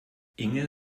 inge